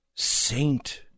Saint